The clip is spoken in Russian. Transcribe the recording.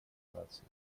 наций